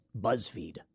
Buzzfeed